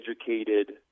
educated